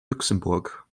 luxemburg